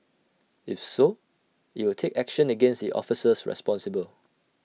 if so IT will take action against the officers responsible